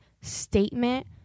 statement